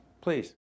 please